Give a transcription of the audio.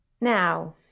Now